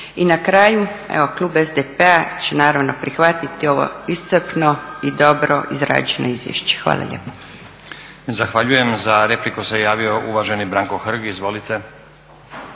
I na kraju evo klub SDP-a će naravno prihvatiti ovo iscrpno i dobro izrađeno izvješće. Hvala lijepo. **Stazić, Nenad (SDP)** Zahvaljujem. Za repliku se javio uvaženi Branko Hrg. Izvolite.